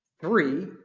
Three